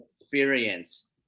experience